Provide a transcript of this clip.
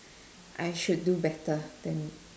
I should do better than